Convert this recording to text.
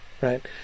right